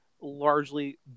largely